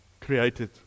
created